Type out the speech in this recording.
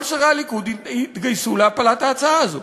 כל שרי הליכוד התגייסו להפלת ההצעה הזו.